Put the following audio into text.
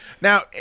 Now